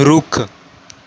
ਰੁੱਖ